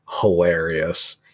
hilarious